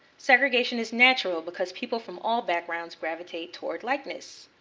segregation is natural because people from all backgrounds gravitate toward likeness.